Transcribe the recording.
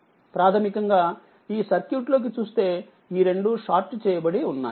ప్రాథమికంగా ఈ సర్క్యూట్ లోకి చూస్తే ఈ రెండు షార్ట్ చేయబడి ఉన్నాయి